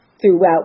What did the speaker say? throughout